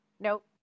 Nope